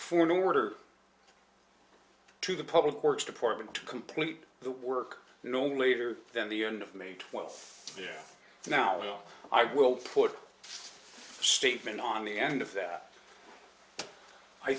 for an order to the public works department to complete the work known later than the end of may twelfth now well i will put a statement on the end of that i